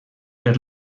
per